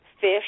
fish